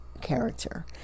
character